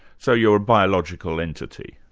so you're a biological entity?